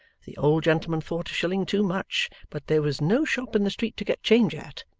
the old gentleman thought a shilling too much, but there was no shop in the street to get change at,